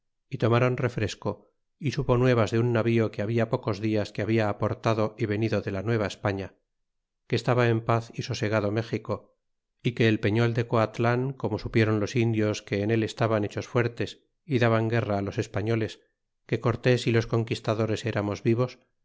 y tomáron refresco y supo nuevas de un navio que habla pocos dias que habia aportado é venido de la nueva españa que estaba en paz é sosegado méxico y que el peño de coatlan como supiéron los indios que en él estaban hechos fuertes y daban guerra los españoles que cortés y los conquistadores eramos vivos